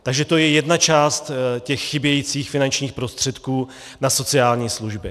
Takže to je jedna část chybějících finančních prostředků na sociální služby.